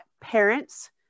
parents